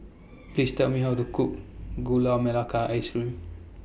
Please Tell Me How to Cook Gula Melaka Ice Cream